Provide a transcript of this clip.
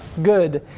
good.